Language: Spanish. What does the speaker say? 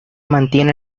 mantiene